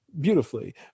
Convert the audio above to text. beautifully